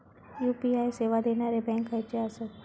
UPI सेवा देणारे bank खयचे आसत?